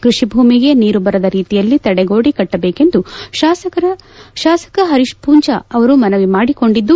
ಕೃಷಿ ಭೂಮಿಗೆ ನೀರು ಬರದ ರೀತಿಯಲ್ಲಿ ತಡೆಗೋಡೆ ಕಟ್ಟದೇಕೆಂದು ಶಾಸಕರ ಹರೀತ್ ಪೂಂಜಾ ಅವರು ಮನವಿ ಮಾಡಿಕೊಂಡಿದ್ದು